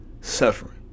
suffering